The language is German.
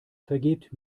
vergebt